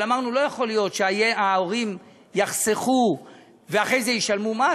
אמרנו שלא יכול להיות שההורים יחסכו ואחרי זה ישלמו מס.